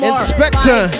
Inspector